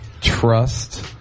trust